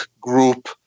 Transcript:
group